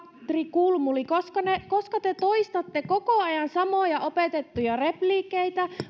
katri kulmuni koska te toistatte koko ajan samoja opetettuja repliikkejä